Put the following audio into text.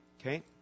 Okay